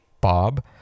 Bob